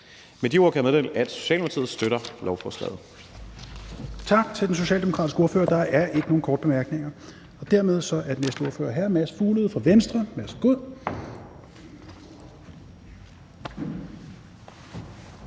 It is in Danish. Med de ord kan jeg meddele, at Socialdemokratiet støtter lovforslaget.